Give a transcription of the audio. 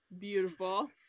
beautiful